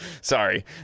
sorry